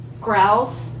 growls